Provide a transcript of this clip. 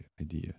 idea